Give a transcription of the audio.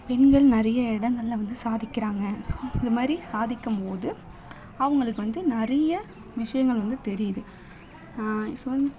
பெண்கள் நிறைய இடங்கள்ல வந்து சாதிக்கிறாங்க ஸோ இதுமாதிரி சாதிக்கும்போது அவங்களுக்கு வந்து நிறைய விஷயங்கள் வந்து தெரியுது ஸோ